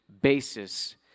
Basis